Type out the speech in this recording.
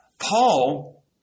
Paul